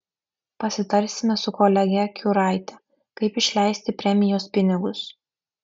pasitarsime su kolege kiuraite kaip išleisti premijos pinigus